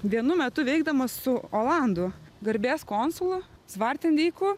vienu metu veikdamas su olandu garbės konsulu svartendeiku